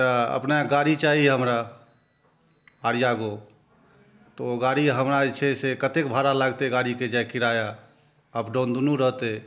तऽ अपनेक गाड़ी चाही हमरा आरियागो तऽ ओ गाड़ी हमरा जे छै से कत्ते भाड़ा लागतै गाड़ीके किराया अपडाउन दुनू रहतै